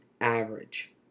average